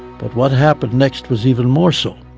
but what happened next was even more so.